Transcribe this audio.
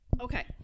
Okay